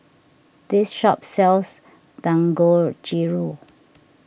this shop sells Dangojiru